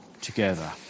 together